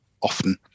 often